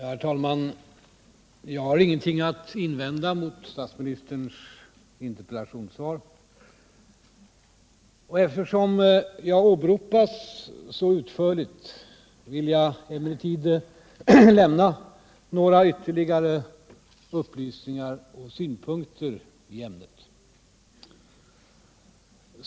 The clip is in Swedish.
Herr talman! Jag har ingenting att invända mot statsministerns interpellationssvar. Eftersom jag åberopas så utförligt, vill jag emellertid lämna några ytterligare upplysningar i ämnet.